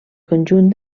conjunt